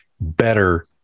better